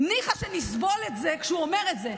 ניחא שנסבול את זה כשהוא אומר את זה,